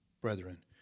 brethren